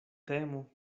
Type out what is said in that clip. temo